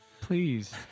Please